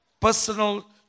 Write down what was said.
personal